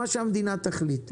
מה שהמדינה תחליט.